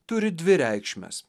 turi dvi reikšmes